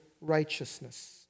righteousness